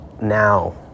now